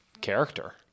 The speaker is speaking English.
character